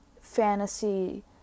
fantasy